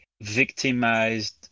victimized